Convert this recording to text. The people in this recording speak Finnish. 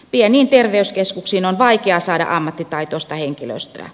pieniin terveyskeskuksiin on vaikea saada ammattitaitoista henkilöstöä